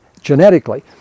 genetically